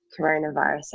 coronavirus